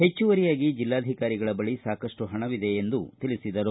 ಹೆಚ್ಚುವರಿಯಾಗಿ ಜಿಲ್ಲಾಧಿಕಾರಿಗಳ ಬಳಿ ಸಾಕಷ್ಟು ಹಣವಿದೆ ಎಂದು ತಿಳಿಸಿದರು